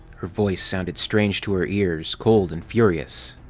her voice sounded strange to her ears, cold and furious.